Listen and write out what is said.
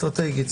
האסטרטגית.